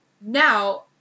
Now